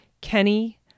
Kenny